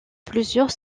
plusieurs